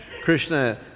Krishna